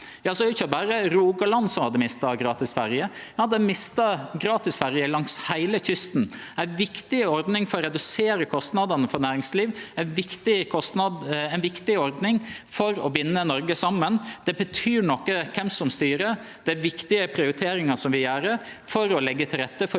er det ikkje berre Rogaland som had de mista gratis ferje. Ein hadde mista gratis ferje langs heile kysten – ei viktig ordning for å redusere kostnadene for næringslivet og ei viktig ordning for å binde Noreg saman. Det betyr noko kven som styrer. Det er viktige prioriteringar vi gjer for å leggje til rette for